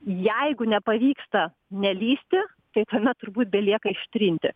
jeigu nepavyksta nelįsti tai tuomet turbūt belieka ištrinti